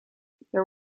there